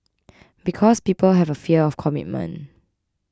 because people have a fear of commitment